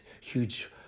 huge